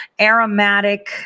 aromatic